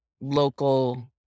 local